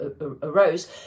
arose